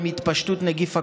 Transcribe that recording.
עם התפשטות נגיף הקורונה.